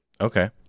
Okay